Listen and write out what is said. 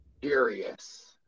Curious